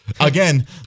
Again